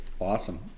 Awesome